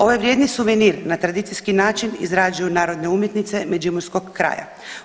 Ovaj vrijedni suvenir na tradicijski način izrađuju narodne umjetnice međimurskog kraja.